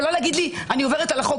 ולא להגיד לי: אני עוברת על החוק,